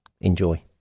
Enjoy